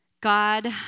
God